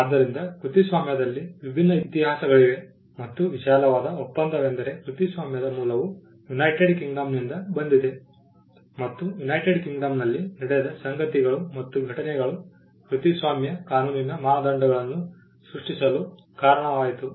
ಆದ್ದರಿಂದ ಕೃತಿಸ್ವಾಮ್ಯದಲ್ಲಿ ವಿಭಿನ್ನ ಇತಿಹಾಸಗಳಿವೆ ಮತ್ತು ವಿಶಾಲವಾದ ಒಪ್ಪಂದವೆಂದರೆ ಕೃತಿಸ್ವಾಮ್ಯದ ಮೂಲವು ಯುನೈಟೆಡ್ ಕಿಂಗ್ಡಮ್ನಿಂದ ಬಂದಿದೆ ಮತ್ತು ಯುನೈಟೆಡ್ ಕಿಂಗ್ಡಂನಲ್ಲಿ ನಡೆದ ಸಂಗತಿಗಳು ಮತ್ತು ಘಟನೆಗಳು ಕೃತಿಸ್ವಾಮ್ಯ ಕಾನೂನಿನ ಮಾನದಂಡಗಳನ್ನು ಸೃಷ್ಟಿಸಲು ಕಾರಣವಾಯಿತು